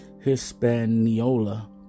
Hispaniola